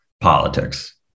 politics